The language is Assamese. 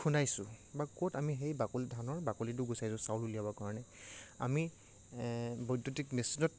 খুনাইছো বা ক'ত আমি বাকলি সেই ধানৰ বাকলিটো গুচাইছোঁ চাউল উলিয়াব কাৰণে আমি বৈদ্যুতিক মেচিনত